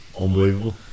unbelievable